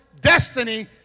destiny